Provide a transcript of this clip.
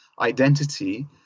identity